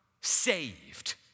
saved